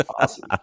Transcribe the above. Awesome